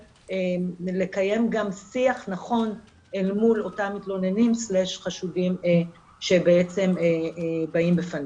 לקיים גם שיח נכון אל מול אותם מתלוננים/חשודים שבעצם באים בפנינו.